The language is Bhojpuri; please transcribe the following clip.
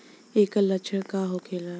ऐकर लक्षण का होखेला?